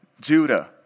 Judah